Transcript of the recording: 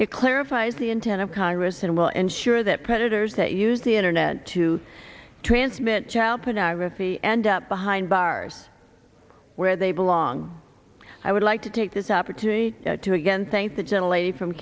it clarifies the intent of congress and will ensure that predators that use the internet to transmit child pornography end up behind bars where they belong i would like to take this opportunity to again thank the general a from